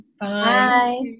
Bye